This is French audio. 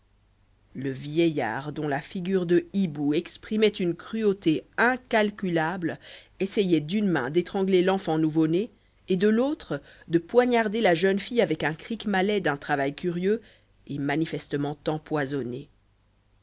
le vieillard dont la figure de hibou exprimait une cruauté incalculable essayait d'une main d'étrangler l'enfant nouveau-né et de l'autre de poignarder la jeune fille avec un crick malais d'un travail curieux et manifestement empoisonné